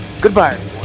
Goodbye